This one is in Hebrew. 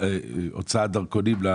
להוצאת דרכונים.